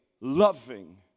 loving